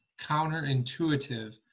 counterintuitive